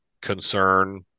concern